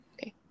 Okay